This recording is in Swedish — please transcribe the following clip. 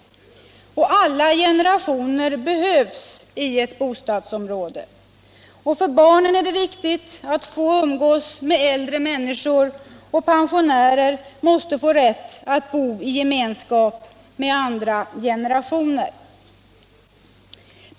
Och alla generationer behövs i ett bostadsområde. För barnen är det viktigt att få umgås med äldre människor, och pensionärer måste få rätt att bo i gemenskap med andra generationer.